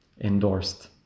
endorsed